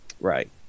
Right